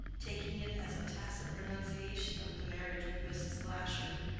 taking it as a tacit renunciation of the marriage with mrs. glasher,